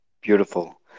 Beautiful